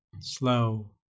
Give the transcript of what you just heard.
slow